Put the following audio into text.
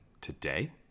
today